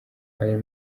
aya